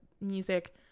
music